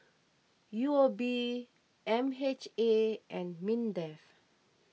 U O B M H A and Mindef